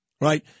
right